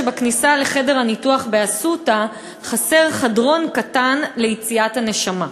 שבכניסה לחדר הניתוח ב"אסותא" חסר חדרון קטן ליציאת הנשמה.